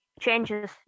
changes